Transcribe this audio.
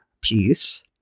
piece